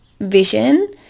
vision